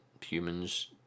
humans